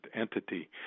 entity